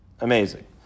Amazing